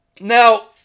now